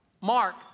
Mark